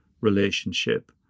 relationship